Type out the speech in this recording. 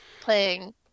playing